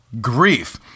grief